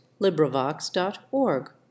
LibriVox.org